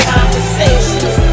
Conversations